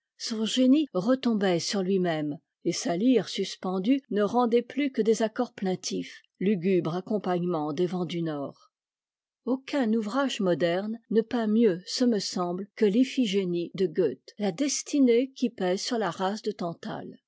son génie retombait sur tui même et sa lyre suspendue ne rendait plus que des accords plaintifs lugubre accompagnement des vents du nord aucun ouvrage moderne ne peint mieux ce me semble que l'effigie de goethe la destinée qui pèse sur la race de tantale